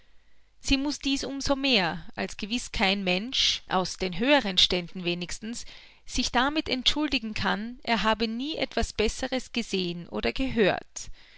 sie muß dies um so mehr als gewiß kein mensch aus den höheren ständen wenigstens sich damit entschuldigen kann er habe nie etwas besseres gesehen oder gehört